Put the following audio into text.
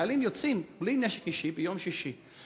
שחיילים יוצאים בלי נשק אישי ביום שישי.